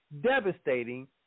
devastating